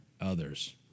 others